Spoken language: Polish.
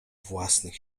własnych